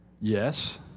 Yes